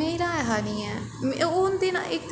मेरा ऐहा निं ऐ ओह् होंदे ना इक